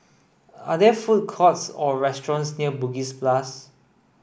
are there food courts or restaurants near Bugis plus